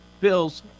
Bills